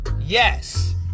yes